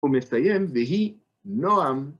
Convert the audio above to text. ומסתיים והיי נועם.